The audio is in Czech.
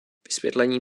vysvětlení